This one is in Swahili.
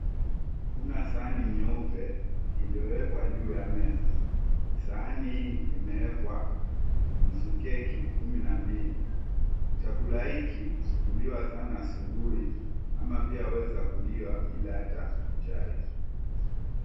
Kuna sahani nyeupe, iliyowekwa juu ya meza. Sahani hii imewekwa nusu keki kumi na mbili. Chakula hiki huliwa sana asubuhi ama pia yaweza kuliwa bila hata chai.